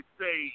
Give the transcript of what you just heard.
say